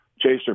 Chaser